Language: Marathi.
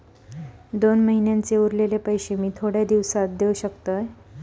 दोन महिन्यांचे उरलेले पैशे मी थोड्या दिवसा देव शकतय?